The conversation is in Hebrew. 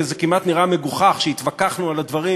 וזה כמעט נראה מגוחך שהתווכחנו על הדברים